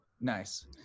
nice